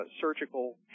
surgical